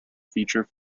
feature